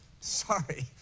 sorry